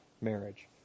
marriage